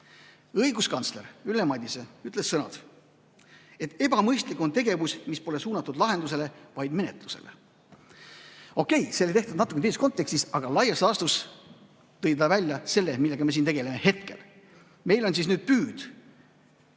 õiguskantsler Ülle Madise ütles, et ebamõistlik on tegevus, mis pole suunatud lahendusele, vaid menetlusele. Okei, see oli öeldud natuke teises kontekstis, aga laias laastus tõi ta välja selle, millega me siin tegeleme hetkel. Meil on nüüd püüd